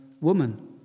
Woman